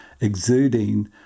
exuding